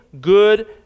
good